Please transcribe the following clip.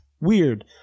Weird